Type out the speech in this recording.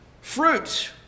fruit